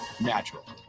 Natural